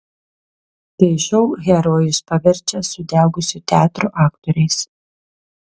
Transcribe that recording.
tai šou herojus paverčia sudegusio teatro aktoriais